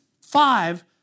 five